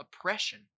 oppression